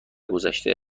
گذشته